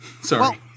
Sorry